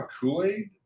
Kool-Aid